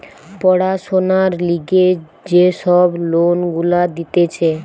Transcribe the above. পড়াশোনার লিগে যে সব লোন গুলা দিতেছে